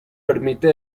permite